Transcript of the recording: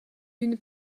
une